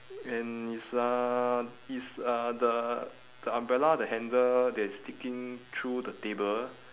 and it's a it's a the the umbrella the handle that is sticking through the table